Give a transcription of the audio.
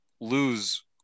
lose